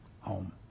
home